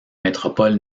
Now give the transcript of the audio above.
métropole